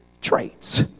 traits